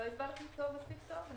לא הבעתי אותה מספיק טוב?